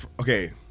okay